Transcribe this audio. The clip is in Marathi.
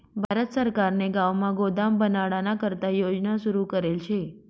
भारत सरकारने गावमा गोदाम बनाडाना करता योजना सुरू करेल शे